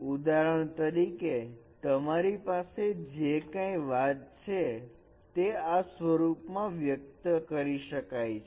ઉદાહરણ તરીકે તમારી પાસે જે કંઈ વાત છે તે આ સ્વરૂપમાં વ્યક્ત કરી શકાય છે